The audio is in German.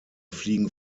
fliegen